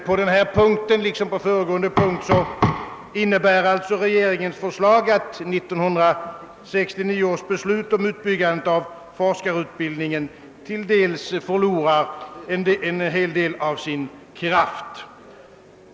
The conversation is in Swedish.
På denna punkt liksom på den föregående punkten innebär alltså regeringens förslag, att 1969 års beslut om utbyggandet av forskarutbildningen förlorar en hel del av sin kraft.